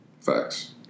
Facts